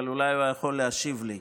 אבל אולי הוא היה יכול להשיב לי.